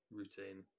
routine